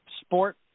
sport